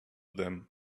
them